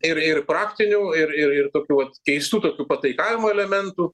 ir ir praktinių ir ir ir tokių vat keistų tokių pataikavimo elementų